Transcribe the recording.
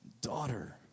daughter